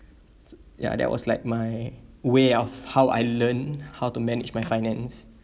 ya that was like my way of how I learn how to manage my finance